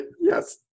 yes